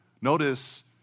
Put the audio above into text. Notice